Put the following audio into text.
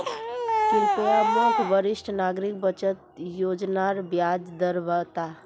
कृप्या मोक वरिष्ठ नागरिक बचत योज्नार ब्याज दर बता